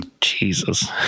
Jesus